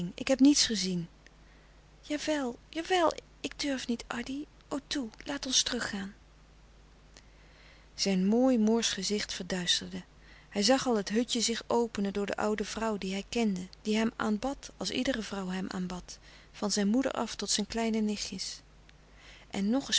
ik heb niets gezien jawel jawel ik durf niet addy o toe laat ons teruggaan zijn mooi moorsch gezicht verduisterde hij zag al het hutje zich openen door de oude vrouw die hij kende die hem aanbad als iedere vrouw hem aanbad van zijn moeder af tot zijn kleine nichtjes en nog